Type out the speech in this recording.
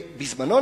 הקפאה.